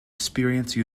experience